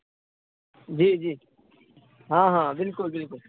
जी जी हँ हँ बिल्कुल बिल्कुल